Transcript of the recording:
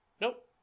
Nope